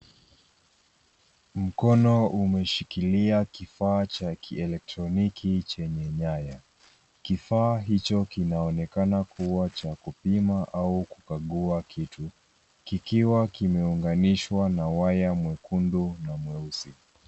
Mkono umeshikilia kifaa cha kielektroniki chenye nyaya. Kifaa hicho kinaonekana kuwa cha kupima au kukagua kitu, kikiwa kimeunganishwa na waya mwekundu na mweusi.